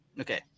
okay